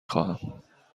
خواهم